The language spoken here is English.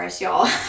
y'all